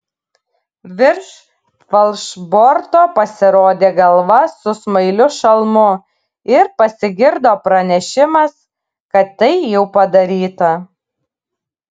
virš falšborto pasirodė galva su smailiu šalmu ir pasigirdo pranešimas kad tai jau padaryta